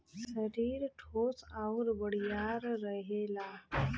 सरीर ठोस आउर बड़ियार रहेला